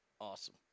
Awesome